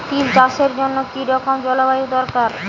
তিল চাষের জন্য কি রকম জলবায়ু দরকার?